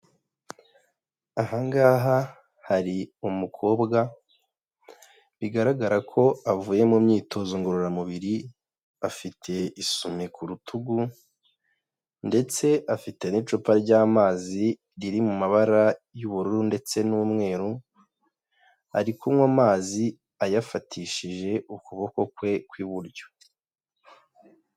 Aha ngaha hari umukobwa bigaragara ko avuye mu myitozo ngororamubiri, afite isume ku rutugu ndetse afite n'icupa ry'amazi riri mu mabara y'ubururu ndetse n'umweru, ari kunywa amazi ayafatishije ukuboko kwe kw'iburyo.